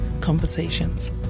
conversations